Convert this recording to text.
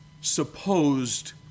supposed